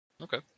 okay